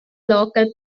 local